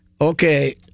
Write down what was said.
okay